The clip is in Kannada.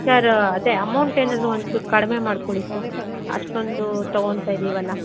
ಸರ್ ಅದೇ ಅಮೌಂಟ್ ಏನಾದ್ರೂ ಒಂದು ಚೂರು ಕಡಿಮೆ ಮಾಡ್ಕೊಳ್ಳಿ ಸರ್ ಅಷ್ಟೊಂದು ತೊಗೊತ ಇದ್ದೀವಲ್ಲ